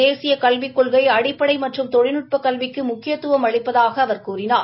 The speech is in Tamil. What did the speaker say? தேசிய கல்விக் கொள்கை அடிப்படை மற்றும் தொழில்நுட்ப கல்விக்கு முக்கியத்துவம் அளிப்பதாக அவர் கூறினார்